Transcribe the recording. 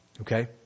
Okay